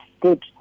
good